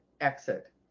exit